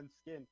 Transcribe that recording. skin